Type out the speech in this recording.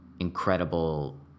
incredible